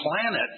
planet